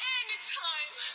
anytime